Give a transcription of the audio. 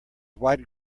wide